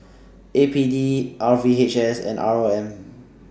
A P D R V H S and R O M